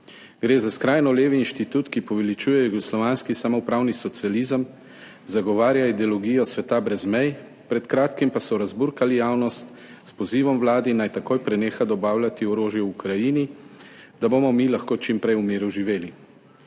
Gre za skrajno levi inštitut, ki poveličuje jugoslovanski samoupravni socializem, zagovarja ideologijo sveta brez mej, pred kratkim pa so razburkali javnost s pozivom Vladi, naj takoj preneha dobavljati orožje Ukrajini, da bomo mi lahko čim prej v miru živeli.